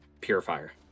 purifier